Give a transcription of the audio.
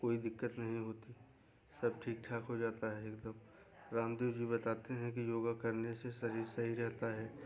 कोई दिक्कत नहीं होती सब ठीक ठाक हो जाता है एकदम रामदेव जी बताते हैं कि योगा करने से शरीर सही रहता है